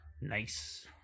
Nice